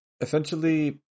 essentially